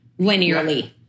linearly